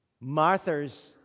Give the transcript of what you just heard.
Martha's